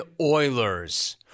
Oilers